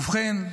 ובכן"